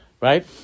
right